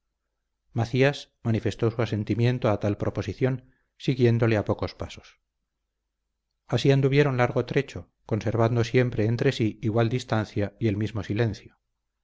macías manifestó su asentimiento a tal proposición siguiéndole a pocos pasos así anduvieron largo trecho conservando siempre entre sí igual distancia y el mismo silencio